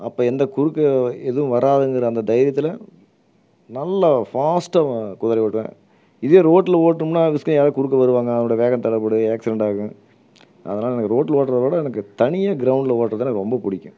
அப்போ எந்த குறுக்க எதுவும் வராதுங்கிற அந்த தைரியத்தில் நல்லா ஃபாஸ்ட்டாக குதிரை ஓட்டுவேன் இதே ரோட்டில் ஓட்டிணும்னா அந்த சைடு யாராவது குறுக்க வருவாங்க அப்புறம் வேகம் தடைப்படும் ஆக்சிடென்ட் ஆகும் அதனால ரோட்டில் ஓட்டுறதை விட எனக்கு தனியாக கிரௌண்டில் ஓட்டுவதுனா ரொம்ப பிடிக்கும்